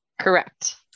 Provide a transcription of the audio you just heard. Correct